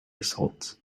results